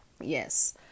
yes